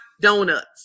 donuts